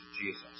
Jesus